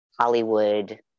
Hollywood